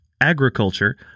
agriculture